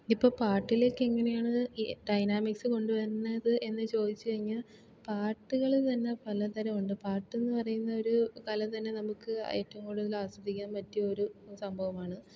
ഇപ്പം പാട്ടിലേക്ക് എങ്ങനെയാണ് ഈ ഡൈനാമിക്സ് കൊണ്ട് വരുന്നത് എന്ന് ചോദിച്ച് കഴിഞ്ഞാൽ പാട്ടുകൾ തന്നെ പല തരം ഉണ്ട് പാട്ട് എന്ന് പറയുന്നത് ഒരു കല തന്നെ നമുക്ക് ഏറ്റവും കൂടുതൽ ആസ്വദിക്കാൻ പറ്റിയ ഒരു സംഭവമാണ്